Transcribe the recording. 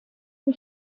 who